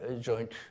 joint